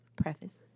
Preface